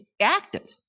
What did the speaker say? active